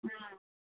ஆ